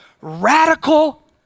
radical